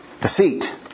Deceit